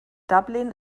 dublin